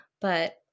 But-